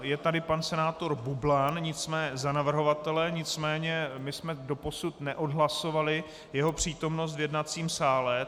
Je tady pan senátor Bublan za navrhovatele, nicméně my jsme doposud neodhlasovali jeho přítomnost v jednacím sále.